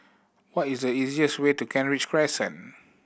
what is the easiest way to Kent Ridge Crescent